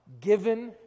given